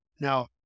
Now